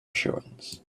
assurance